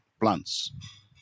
plants